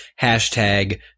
hashtag